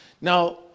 Now